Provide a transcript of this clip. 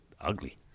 ugly